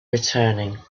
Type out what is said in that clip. returning